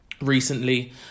recently